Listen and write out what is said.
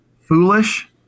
foolish